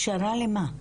פשרה למה?